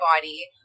body